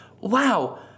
wow